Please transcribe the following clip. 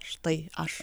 štai aš